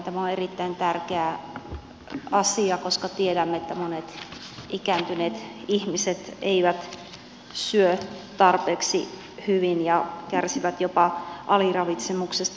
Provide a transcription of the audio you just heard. tämä on erittäin tärkeä asia koska tiedämme että monet ikääntyneet ihmiset eivät syö tarpeeksi hyvin ja kärsivät jopa aliravitsemuksesta